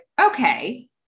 okay